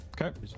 Okay